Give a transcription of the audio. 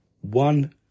one